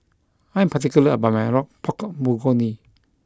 I am particular about my Pork Bulgogi